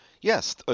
Yes